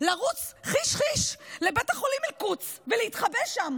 לרוץ חיש-חיש לבית החולים אל-קודס ולהתחבא שם,